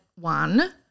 one